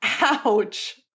Ouch